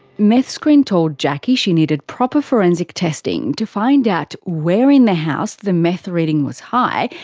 meth screen told jacki she needed proper forensic testing to find out where in the house the meth reading was high,